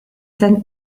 sent